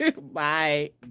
Bye